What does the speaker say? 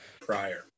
prior